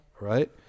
right